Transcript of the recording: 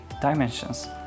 dimensions